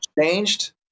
changed